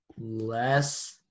less